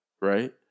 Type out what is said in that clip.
right